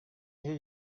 iyo